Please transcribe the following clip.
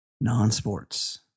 non-sports